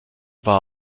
war